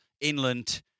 inland